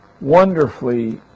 wonderfully